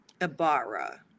Ibarra